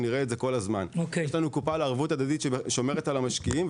ונראה אותה כל הזמן; יש לנו קופה לערבות הדדית ששומרת על המשקיעים,